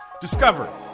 Discover